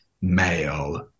male